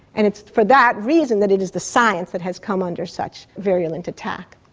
and it's for that reason that it is the science that has come under such virulent attack.